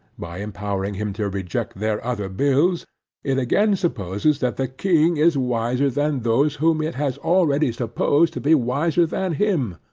by empowering him to reject their other bills it again supposes that the king is wiser than those whom it has already supposed to be wiser than him.